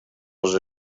als